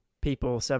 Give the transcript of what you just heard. people